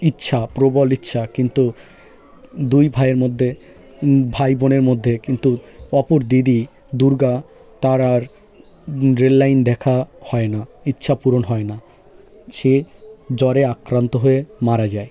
ইচ্ছা প্রবল ইচ্ছা কিন্তু দুই ভাইয়ের মধ্যে ভাই বোনের মধ্যে কিন্তু অপুর দিদি দুর্গা তার আর রেললাইন দেখা হয় না ইচ্ছাপূরণ হয় না সে জ্বরে আক্রান্ত হয়ে মারা যায়